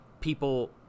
people